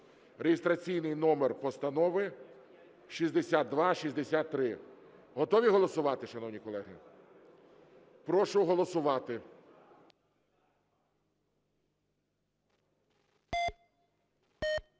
(реєстраційний номер постанови 6263). Готові голосувати, шановні колеги? Прошу голосувати.